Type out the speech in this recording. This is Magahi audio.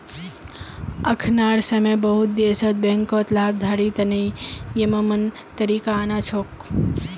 अखनार समय बहुत देशत बैंकत लाभार्थी तने यममन तरीका आना छोक